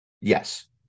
Yes